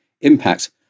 Impact